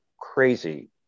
crazy